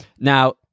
Now